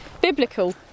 Biblical